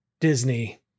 disney